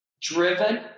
driven